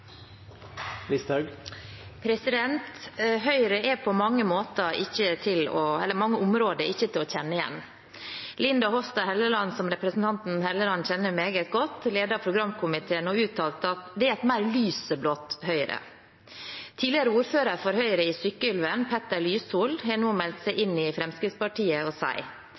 på mange områder ikke til å kjenne igjen. Linda Hofstad Helleland, som representanten Helleland kjenner meget godt, ledet programkomiteen og uttalte at «det er et mer lyseblått Høyre». Tidligere ordfører for Høyre i Sykkylven, Petter Lyshol, har nå meldt seg inn i Fremskrittspartiet, og